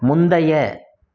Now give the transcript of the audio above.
முந்தைய